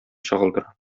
чагылдыра